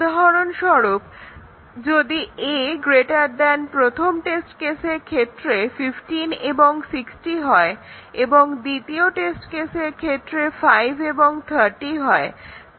উদাহরণস্বরূপ যদি a greater than প্রথম টেস্ট কেসের ক্ষেত্রে 15 এবং 60 হয় এবং দ্বিতীয় টেস্ট কেসের ক্ষেত্রে 5 এবং 30 হয়